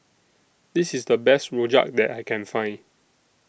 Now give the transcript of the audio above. This IS The Best Rojak that I Can Find